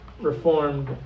Reformed